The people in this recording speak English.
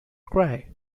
cry